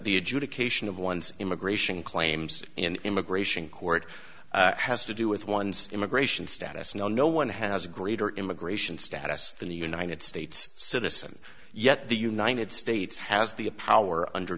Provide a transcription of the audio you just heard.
the adjudication of one's immigration claims in immigration court has to do with one's immigration status no no one has a greater immigration status than the united states citizen yet the united states has the power under